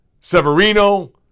Severino